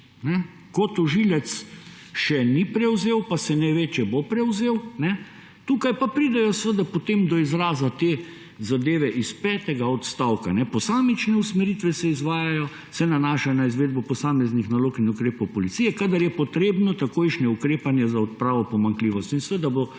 ko tožilec še ni prevzel, pa se ne ve, če bo prevzel. Tukaj pa pridejo potem do izraza te zadeve iz petega odstavka,« posamične usmeritve se nanašajo na izvedbo posameznih nalog in ukrepov policije, kadar je potrebno takojšnje ukrepanje za odpravo pomanjkljivosti«.